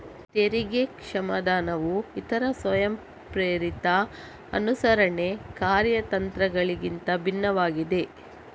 ತೆರಿಗೆ ಕ್ಷಮಾದಾನವು ಇತರ ಸ್ವಯಂಪ್ರೇರಿತ ಅನುಸರಣೆ ಕಾರ್ಯತಂತ್ರಗಳಿಗಿಂತ ಭಿನ್ನವಾಗಿದೆ